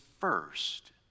first